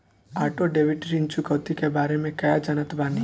Auto debit ऋण चुकौती के बारे में कया जानत बानी?